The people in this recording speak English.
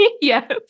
Yes